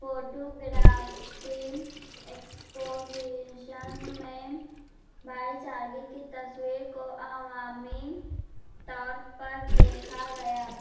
photography expositions میں بھائی چارگی کی تصویر کو عوامی طور پر دیکھا گیا